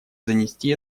занести